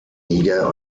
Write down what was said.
niger